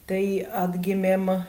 tai atgimėm